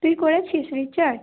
তুই করেছিস রিচার্জ